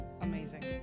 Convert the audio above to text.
amazing